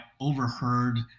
overheard